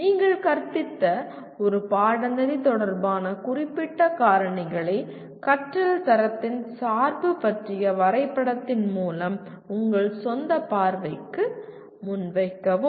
நீங்கள் கற்பித்த ஒரு பாடநெறி தொடர்பான குறிப்பிட்ட காரணிகளை கற்றல் தரத்தின் சார்பு பற்றிய வரைபடத்தின் மூலம் உங்கள் சொந்த பார்வையை முன்வைக்கவும்